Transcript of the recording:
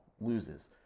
loses